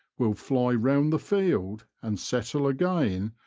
will fly round the field and settle again,